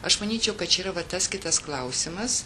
aš manyčiau kad čia yra va tas kitas klausimas